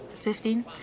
Fifteen